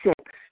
Six